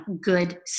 good